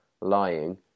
lying